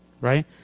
right